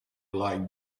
like